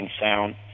Sound